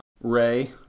Ray